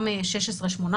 גם צעירים בגיל 18-16,